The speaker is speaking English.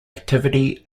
activity